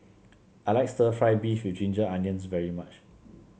I like stir fry beef with Ginger Onions very much